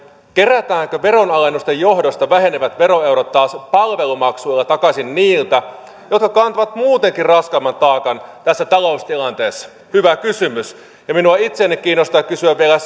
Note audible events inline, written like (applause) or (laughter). kerätäänkö veronalennusten johdosta vähenevät veroeurot taas palvelumaksuilla takaisin niiltä jotka kantavat muutenkin raskaimman taakan tässä taloustilanteessa hyvä kysymys ja minua itseäni kiinnostaa kysyä vielä (unintelligible)